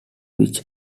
which